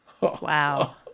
Wow